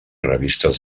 revistes